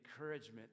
encouragement